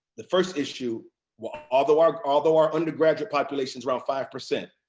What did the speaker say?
the first issue although our although our undergraduate population is around five percent,